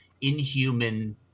inhuman